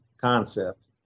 concept